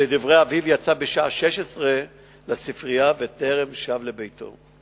שלדברי אביו יצא בשעה 16:00 לספרייה וטרם שב לביתו.